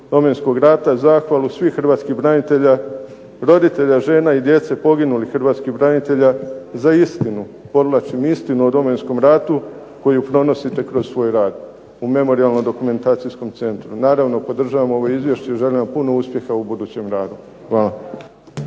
Domovinskog rata zahvalu svih hrvatskih branitelja, roditelja, žene i djece poginulih hrvatskih branitelja za istinu, podvlačim istinu o Domovinskom ratu koju donosite kroz svoj rad u Memorijalno-dokumentacijskom centru. Naravno, podržavam ovo izvješće i želim vam puno uspjeh u budućem radu. Hvala.